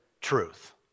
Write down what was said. truth